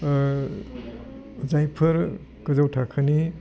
जायफोर गोजौ थाखोनि